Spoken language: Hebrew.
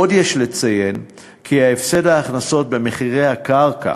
עוד יש לציין כי הפסד ההכנסות במחירי הקרקע,